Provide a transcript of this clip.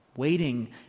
Waiting